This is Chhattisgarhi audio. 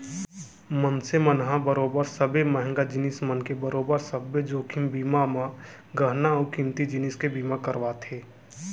मनसे मन ह बरोबर सबे महंगा जिनिस मन के बरोबर सब्बे जोखिम बीमा म गहना अउ कीमती जिनिस के बीमा करवाथे